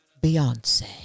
Beyonce